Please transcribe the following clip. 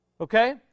okay